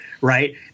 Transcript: right